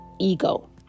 ego